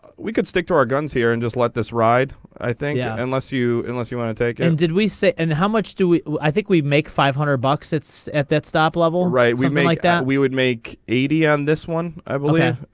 we could stick to our guns here in and just let this ride. i think yeah unless you unless you want to take and did we say and how much do we i think we make five hundred bucks it's at that stop level right we may like that we would make. eighty on this one i will yeah.